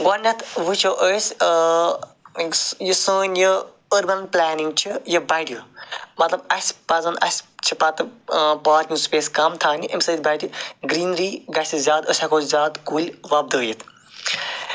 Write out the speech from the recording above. گۄڈنٮ۪تھ وُچھَو أسۍ یُس سٲنۍ یہِ أربن پُلینِنٛگ چھِ یہِ بَڈِ مطلب اَسہِ پَزن اَسہِ چھِ پتہٕ پارکِنٛگ سُپیس کَم تھاونہِ اَمہِ سۭتۍ بَڈِ گریٖنری گَژھِ زیادٕ أسۍ ہٮ۪کو زیادٕ کُلۍ وۄپدٲوِتھ